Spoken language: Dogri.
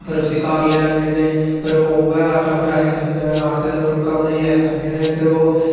उसी घर लेई औन्ने होन्ने फिर उऐ आटा अस खन्ने आटे दा फुल्का बनाइयै अस खन्ने होन्ने फिरओह्